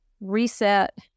reset